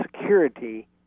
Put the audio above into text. security